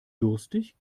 durstig